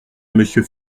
monsieur